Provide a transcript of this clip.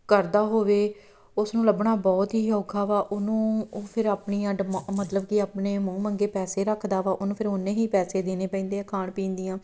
ਕਰਦਾ ਹੋਵੇ ਉਸਨੂੰ ਲੱਭਣਾ ਬਹੁਤ ਹੀ ਔਖਾ ਵਾ ਉਹਨੂੰ ਉਹ ਫਿਰ ਆਪਣੀਆਂ ਡਮ ਮਤਲਬ ਕਿ ਆਪਣੇ ਮੂੰਹ ਮੰਗੇ ਪੈਸੇ ਰੱਖਦਾ ਵਾ ਉਹਨੂੰ ਫਿਰ ਉੰਨੇ ਹੀ ਪੈਸੇ ਦੇਣੇ ਪੈਂਦੇ ਆ ਖਾਣ ਪੀਣ ਦੀਆਂ